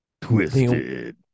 Twisted